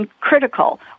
critical